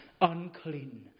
unclean